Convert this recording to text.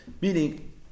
Meaning